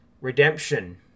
redemption